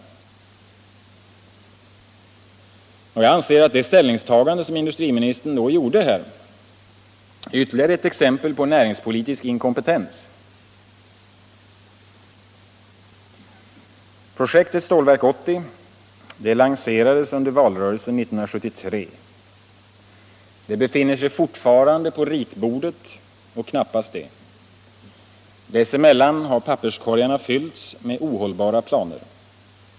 Jag anser att det ställningstagande som industriministern då gjorde är ytterligare ett exempel på näringspolitisk inkompetens. Projektet Stålverk 80 lanserades under valrörelsen 1973. Det befinner sig fortfarande på ritbordet och knappast det. Dessemellan har papperskorgarna fyllts med ohållbara planer.